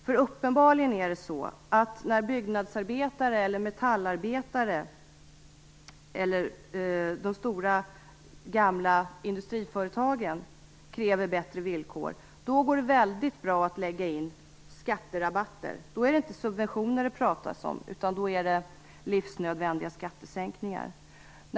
Det är uppenbarligen så att när byggnadsarbetare, metallarbetare eller de stora industriföretagen kräver bättre villkor går det bra att lägga in skatterabatter. Då pratas det inte om subventioner, utan livsnödvändiga skattesänkningar.